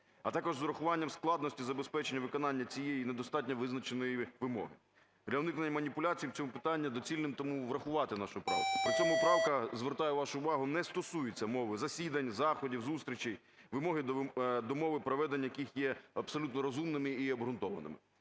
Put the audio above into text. а також з урахуванням складності забезпечення виконання цієї недостатньо визначеної вимоги. Для уникнення маніпуляцій в цьому питанні доцільним тому врахувати нашу правку. При цьому правка, звертаю вашу увагу, не стосується мови засідань, заходів, зустрічей, вимоги до мови проведення яких є абсолютно розумними і обґрунтованими.